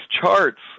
charts